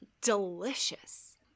delicious